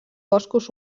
boscos